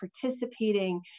participating